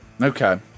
Okay